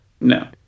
No